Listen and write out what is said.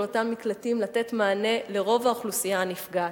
אותם מקלטים לתת מענה לרוב האוכלוסייה הנפגעת.